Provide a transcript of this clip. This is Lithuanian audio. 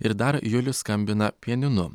ir dar julius skambina pianinu